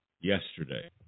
yesterday